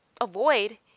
avoid